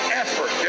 effort